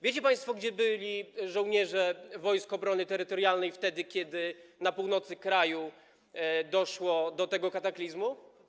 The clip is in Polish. Wiecie państwo, gdzie byli żołnierze Wojsk Obrony Terytorialnej wtedy, kiedy na północy kraju doszło do tego kataklizmu?